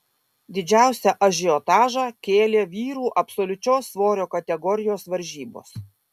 didžiausią ažiotažą kėlė vyrų absoliučios svorio kategorijos varžybos